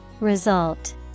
Result